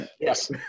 Yes